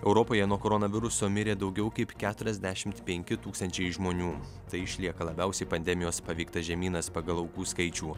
europoje nuo koronaviruso mirė daugiau kaip keturiasdešimt penki tūkstančiai žmonių tai išlieka labiausiai pandemijos paveiktas žemynas pagal aukų skaičių